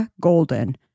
Golden